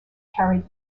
carried